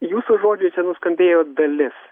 jūsų žodžiuose nuskambėjo dalis